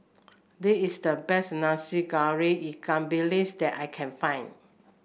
this is the best Nasi Goreng Ikan Bilis that I can find